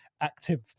active